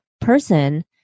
person